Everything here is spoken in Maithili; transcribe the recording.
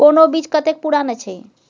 कोनो बीज कतेक पुरान अछि?